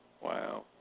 wow